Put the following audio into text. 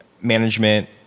management